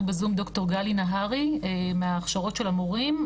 בזום ד"ר גלי נהרי מההכשרות של המורים.